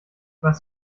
was